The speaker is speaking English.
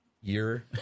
year